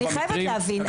אני חייבת להבין,